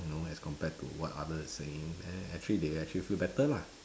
you know as compared to what others are saying and then actually they actually feel better lah